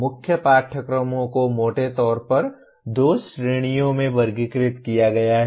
मुख्य पाठ्यक्रमों को मोटे तौर पर दो श्रेणियों में वर्गीकृत किया गया है